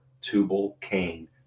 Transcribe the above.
Tubal-Cain